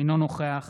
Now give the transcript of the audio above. אינו נוכח